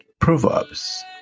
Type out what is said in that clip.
Proverbs